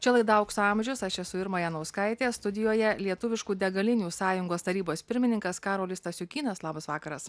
čia laida aukso amžiaus aš esu irma janauskaitė studijoje lietuviškų degalinių sąjungos tarybos pirmininkas karolis stasiukynas labas vakaras